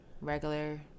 Regular